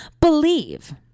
believe